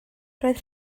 roedd